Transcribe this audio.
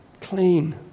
clean